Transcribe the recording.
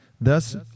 Thus